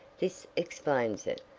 this explains it,